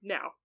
Now